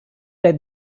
day